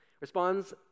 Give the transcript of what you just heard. Responds